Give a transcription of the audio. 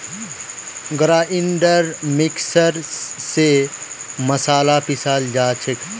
grinder mixer स मसाला पीसाल जा छे